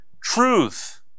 truth